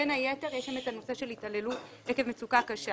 בין היתר יש שם את הנושא של התעללות עקב מצוקה קשה